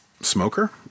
smoker